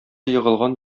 егылган